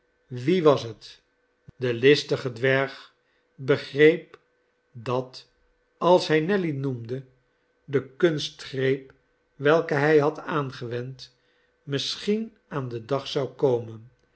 wie was het de listige dwerg begreep dat als hij nelly noemde de kunstgreep welke hij had aangewend misschien aan den dag zou komen